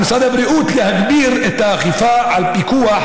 על משרד הבריאות להגביר את האכיפה על פיקוח